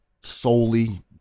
solely